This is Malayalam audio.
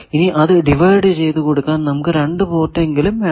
ഇനി അത് ഡിവൈഡ് ചെയ്തു കൊടുക്കാൻ നമുക്ക് 2 പോർട്ട് എങ്കിലും വേണം